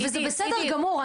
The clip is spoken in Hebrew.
עידית --- וזה בסדר גמור,